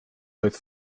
both